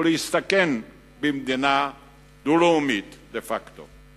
ולהסתכן במדינה דו-לאומית דה-פקטו,